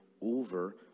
over